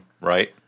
right